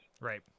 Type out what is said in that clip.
Right